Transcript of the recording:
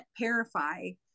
Parify